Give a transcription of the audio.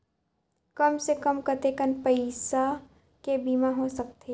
कम से कम कतेकन पईसा के बीमा हो सकथे?